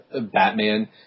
Batman